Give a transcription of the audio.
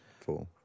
Four